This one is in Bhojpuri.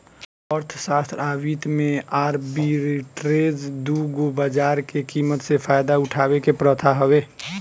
अर्थशास्त्र आ वित्त में आर्बिट्रेज दू गो बाजार के कीमत से फायदा उठावे के प्रथा हवे